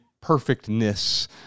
perfectness